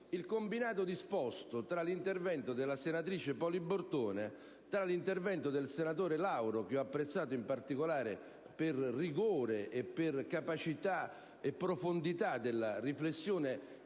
al combinato disposto tra gli interventi della senatrice Poli Bortone, del senatore Lauro, che ho apprezzato in modo particolare per rigore, capacità e profondità della riflessione